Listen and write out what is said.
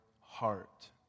heart